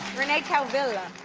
rene caovilla,